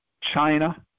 China